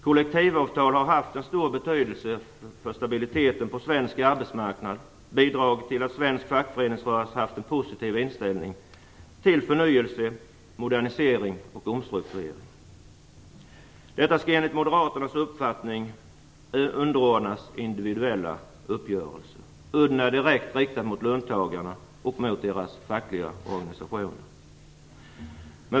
Kollektivavtal har haft en stor betydelse för stabiliteten på den svenska arbetsmarknaden och bidragit till att den svenska fackföreningsrörelsen har haft en positiv inställning till förnyelse, modernisering och omstrukturering. Detta skall enligt moderaternas uppfattning underordnas individuella uppgörelser. Udden är direkt riktad mot löntagarna och mot deras fackliga organisationer.